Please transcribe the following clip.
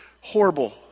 horrible